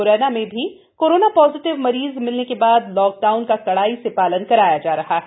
मुरैना में भी corona positive मरीज मिलने के बाद लॉकडाउन का कड़ाई से पालन कराया जा रहा है